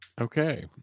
Okay